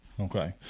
Okay